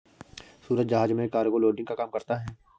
सूरज जहाज में cargo loading का काम करता है